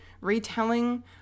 retelling